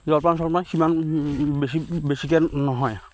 জলপান চলপান সিমান বেছি বেছিকে নহয়